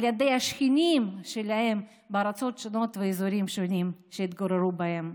ידי השכנים שלהם בארצות שונות ואזורים שונים שהתגוררו בהם.